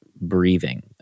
breathing